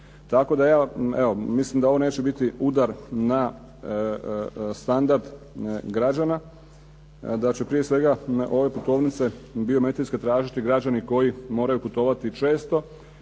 tako da ja evo mislim da ovo neće biti udar na standard građana, da će prije svega ove putovnice biometrijske tražiti građani koji moraju putovati često,